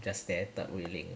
just there third wheeling